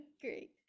Great